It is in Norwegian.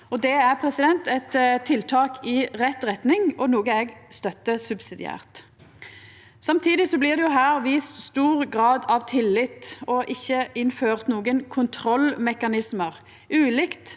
Det er eit tiltak i rett retning og noko eg støttar subsidiært. Samtidig blir det her vist stor grad av tillit og ikkje innført nokon kontrollmekanismar, ulikt